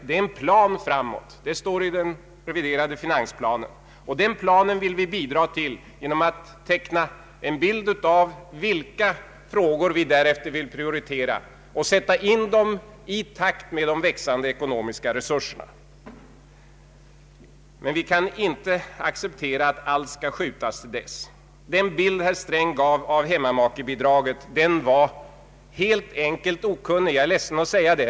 Det har han själv erkänt, och det står i den reviderade finansplanen. Vi vill bidra till planen framåt genom att teckna en bild av vilka frågor vi därefter vill prioritera och sätta in dem i takt med de växande ekonomiska resurserna. Men vi kan inte acceptera att allt skall uppskjutas till dess. Den bild herr Sträng gav av hemmamakebidraget var helt enkelt okunnig, jag är ledsen att behöva säga det.